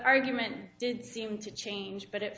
argument did seem to change but it